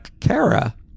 Kara